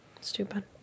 Stupid